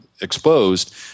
exposed